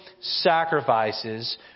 sacrifices